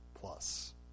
plus